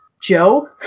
Joe